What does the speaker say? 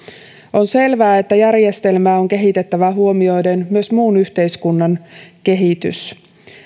on selvää että järjestelmää on kehitettävä huomioiden myös muun yhteiskunnan kehitys